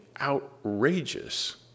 outrageous